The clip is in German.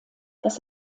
das